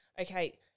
okay